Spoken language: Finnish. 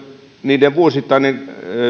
joiden vuosittainen